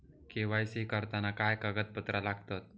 KYC करताना काय कागदपत्रा लागतत?